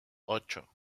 ocho